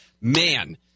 Man